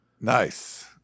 Nice